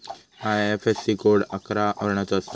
IFSC code अकरा वर्णाचो असता